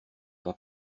pas